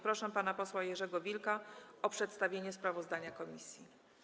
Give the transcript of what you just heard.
Proszę pana posła Jerzego Wilka o przedstawienie sprawozdania komisji.